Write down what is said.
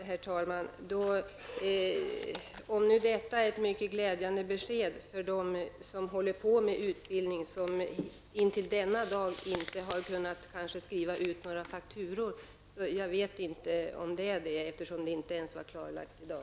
Herr talman! Jag vet inte om detta är ett mycket glädjande besked för dem som bedriver utbildning och kanske inte intill denna dag har kunnat skriva ut några fakturor. Frågan är ju inte ens klarlagd i dag.